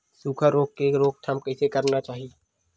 सुखा रोग के रोकथाम कइसे करना चाही?